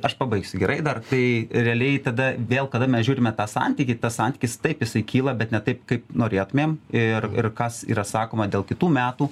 aš pabaigsiu gerai dar tai realiai tada vėl kada mes žiūrime tą santykį tas santykis taip jisai kyla bet ne taip kaip norėtumėm ir ir kas yra sakoma dėl kitų metų